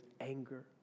anger